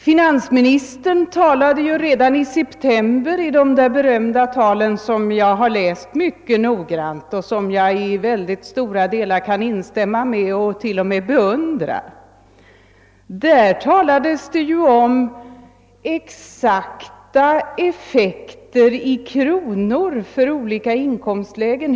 Finansministern talade ju redan i september i de berömda talen, som jag har läst mycket noggrant och som jag i väldigt stora delar kan instämma i och till och med beundra, om exakta effekter i kronor för olika inkomstlägen.